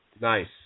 nice